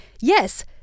Yes